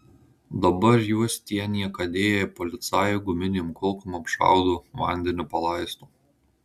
dabar juos tie niekadėjai policajai guminėm kulkom apšaudo vandeniu palaisto